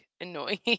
annoying